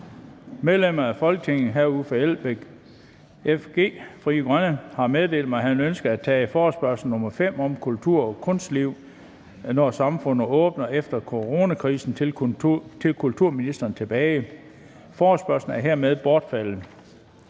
Medlem af Folketinget Uffe Elbæk (FG) har meddelt mig, at han ønsker at tage forespørgsel nr. F 5 om kultur- og kunstliv, når samfundet åbner efter coronakrisen, til kulturministeren tilbage. Forespørgslen er hermed bortfaldet.